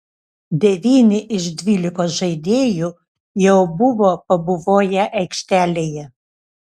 devyni iš dvylikos žaidėjų jau buvo pabuvoję aikštelėje